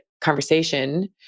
conversation